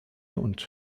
und